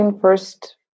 first